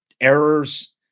errors